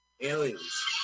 Aliens